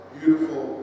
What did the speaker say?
Beautiful